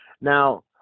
Now